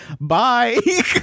bye